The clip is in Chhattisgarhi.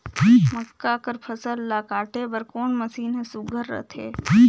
मक्का कर फसल ला काटे बर कोन मशीन ह सुघ्घर रथे?